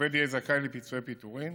עובד יהיה זכאי לפיצויי פיטורים